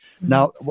Now